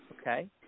okay